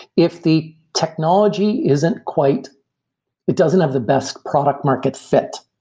if the technology isn't quite it doesn't have the best product market fit.